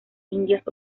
indias